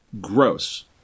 gross